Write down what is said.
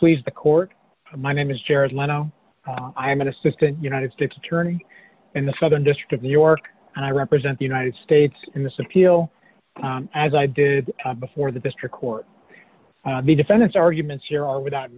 please the court my name is jared leto i'm an assistant united states attorney in the southern district of new york and i represent the united states in this appeal as i did before the district court the defendant's arguments here are without